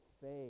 faith